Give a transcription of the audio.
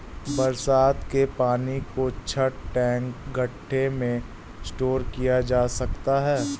बरसात के पानी को छत, टैंक, गढ्ढे में स्टोर किया जा सकता है